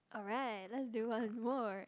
alright let's do one more